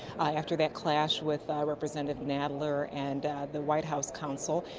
after that clash with representative nadler, and the white house counsel.